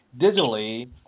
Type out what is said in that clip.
digitally